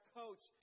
coach